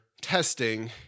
testing